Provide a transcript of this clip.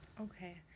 Okay